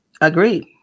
Agreed